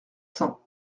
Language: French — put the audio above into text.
cents